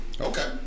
Okay